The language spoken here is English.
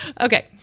Okay